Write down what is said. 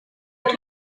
kuko